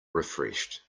refreshed